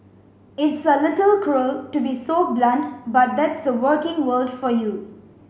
it's a little cruel to be so blunt but that's the working world for you